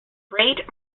braid